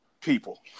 People